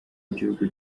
gihugu